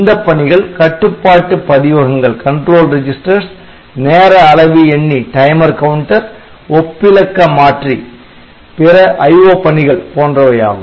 இந்தப் பணிகள் கட்டுப்பாட்டு பதிவகங்கள் நேர அளவி எண்ணி TimerCounter ஒப்பிலக்க மாற்றி பிற IO பணிகள் போன்றவையாகும்